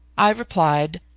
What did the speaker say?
i replied,